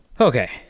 Okay